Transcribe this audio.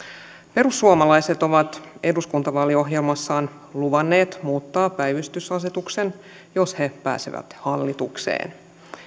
perussuomalaiset ovat eduskuntavaaliohjelmassaan luvanneet muuttaa päivystysasetuksen jos he pääsevät hallitukseen